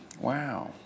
Wow